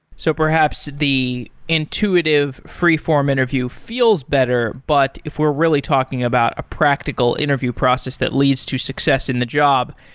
so perhaps, the intuitive freeform interview feels better, but if we're really talking about a practical interview process that leads to success in the job,